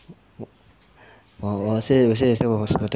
我我是我是